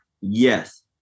yes